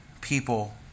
people